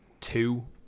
two